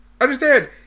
Understand